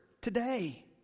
today